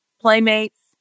playmates